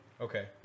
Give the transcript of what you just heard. Okay